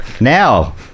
now